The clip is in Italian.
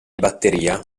batteria